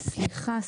סליחה,